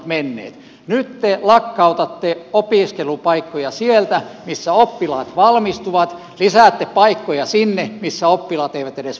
nyt te lakkautatte opiskelupaikkoja sieltä missä oppilaat valmistuvat lisäätte paikkoja sinne missä oppilaat eivät edes valmistu